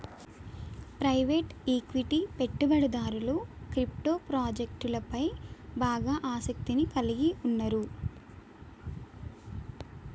private equity పెట్టుబడిదారులు crypto ప్రాజెక్టులపై బాగా ఆసక్తిని కలిగి ఉన్నరు